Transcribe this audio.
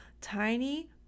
tiny